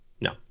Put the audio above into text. No